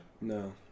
No